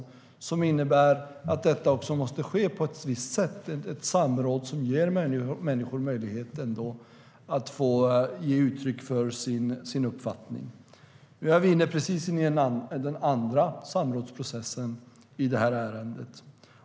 Systemet innebär att detta måste ske på ett visst sätt med ett samråd som ger människor möjlighet att ge uttryck för sin uppfattning. Det är den andra samrådsprocessen i det här ärendet.